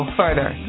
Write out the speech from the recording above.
further